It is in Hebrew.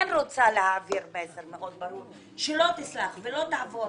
לא תסלח ולא תעבור